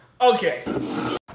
Okay